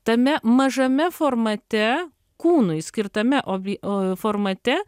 tame mažame formate kūnui skirtame ovi o formate